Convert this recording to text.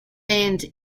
and